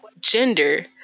gender